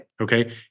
Okay